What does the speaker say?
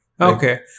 Okay